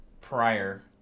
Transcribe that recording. prior